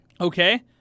Okay